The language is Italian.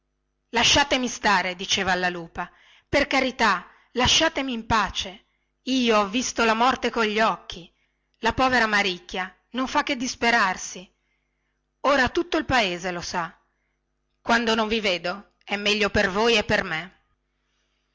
lasciatemi stare diceva alla lupa per carità lasciatemi in pace io ho visto la morte cogli occhi la povera maricchia non fa che disperarsi ora tutto il paese lo sa quando non vi vedo è meglio per voi e per me